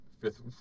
Fifth